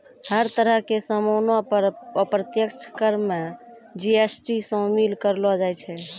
हर तरह के सामानो पर अप्रत्यक्ष कर मे जी.एस.टी शामिल करलो जाय छै